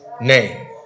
name